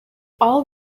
all